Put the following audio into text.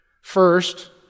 First